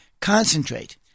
Concentrate